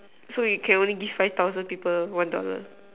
so you can only give five thousand people one dollar